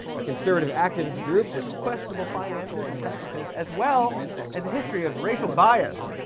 a conservative activist group with questionable finances and practices as well as a history of racial bias.